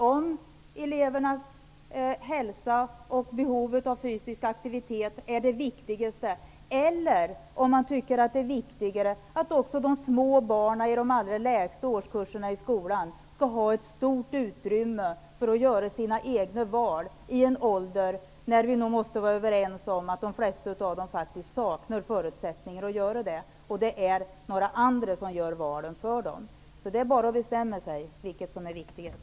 Är elevernas hälsa och behov av fysiska aktiviteter det viktigaste? Eller är det viktigare att också de små barnen i de lägsta årskurserna i skolan skall ha stort utrymme för att göra egna val? Vi måste vara överens om att det handlar om barn i en ålder då de flesta faktiskt saknar förutsättningar för att göra dessa val. Andra gör valen för dem. Det är bara att bestämma sig för vad som är viktigast.